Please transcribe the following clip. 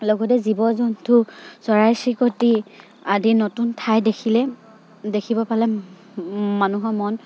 লগতে জীৱ জন্তু চৰাই চিৰিকটি আদি নতুন ঠাই দেখিলে দেখিব পালে মানুহৰ মন